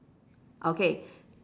okay